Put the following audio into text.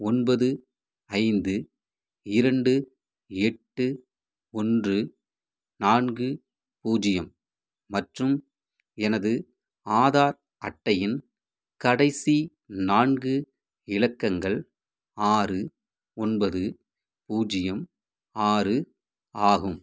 ஒன்பது ஐந்து இரண்டு எட்டு ஒன்று நான்கு பூஜ்ஜியம் மற்றும் எனது ஆதார் அட்டையின் கடைசி நான்கு இலக்கங்கள் ஆறு ஒன்பது பூஜ்ஜியம் ஆறு ஆகும்